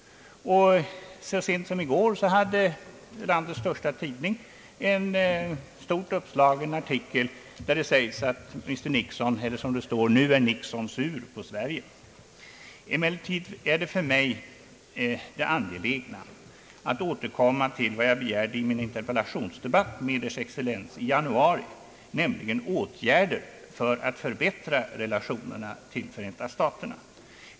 Så sent som i går hade landets största tidning en stort uppslagen artikel där det sades: »Nu är Nixon sur på Sverige.» Emellertid är för mig det angelägna att återkomma till vad jag begärde i en interpellationsdebatt med Ers Excellens i januari, nämligen åtgärder för att förbättra relationerna till Förenta staterna.